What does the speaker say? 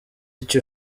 icyo